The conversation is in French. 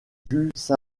just